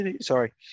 sorry